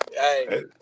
Hey